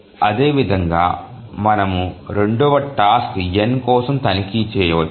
అదేవిధంగా మనము రెండవ టాస్క్ n కోసం తనిఖీ చేయవచ్చు